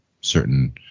certain